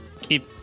keep